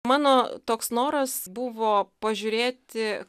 mano toks noras buvo pažiūrėti